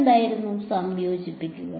വിദ്യാർത്ഥി സംയോജിപ്പിക്കുക